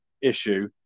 issue